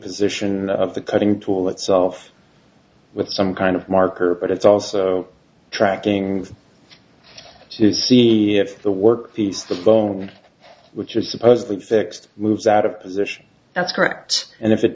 position of the cutting tool itself with some kind of marker but it's also tracking to see if the workpiece the phone which is supposedly fixed moves out of position that's correct and if it